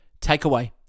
takeaway